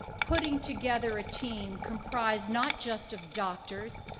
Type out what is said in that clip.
putting together a team comprised not just of doctors,